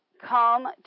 Come